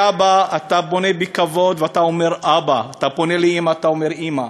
כשאתה פנית לאבא פנית בכבוד ואמרת "אבא"; פנית לאימא ואמרת "אימא".